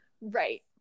Right